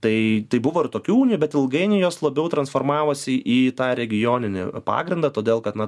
tai tai buvo ir tokių unijų bet ilgainiui jos labiau transformavosi į tą regioninį pagrindą todėl kad na